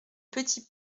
petit